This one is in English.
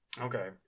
Okay